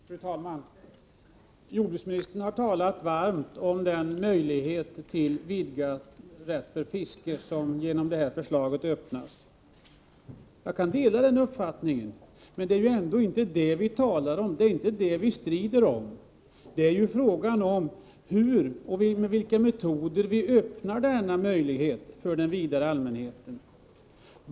Fru talman! Jordbruksministern har talat varmt om den möjlighet till vidgad fiskerätt som öppnas genom detta förslag. Jag kan dela den uppfattningen. Men det är inte detta som vi strider om. Frågan är med vilka metoder vi öppnar denna möjlighet för den stora allmänheten.